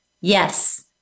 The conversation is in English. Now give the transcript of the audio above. Yes